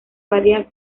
varias